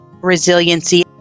resiliency